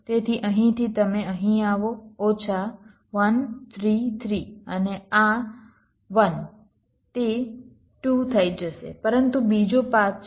તેથી અહીંથી તમે અહીં આવો ઓછા 1 3 3 અને આ 1 તે 2 થઈ જશે પરંતુ બીજો પાથ છે